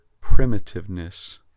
primitiveness